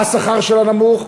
השכר שבה נמוך.